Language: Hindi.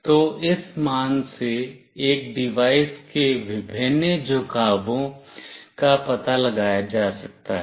तो इस मान से एक डिवाइस के विभिन्न झुकावों का पता लगाया जा सकता है